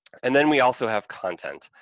and then we also have content,